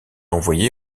envoyé